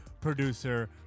producer